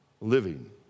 living